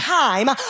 time